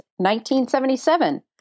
1977